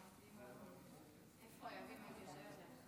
איפה ינון?